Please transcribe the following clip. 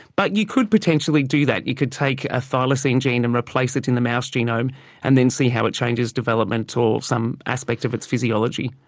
but you could potentially do that, you could take a thylacine gene and replace it in the mouse genome and then see how it changes development or some aspect of its physiology.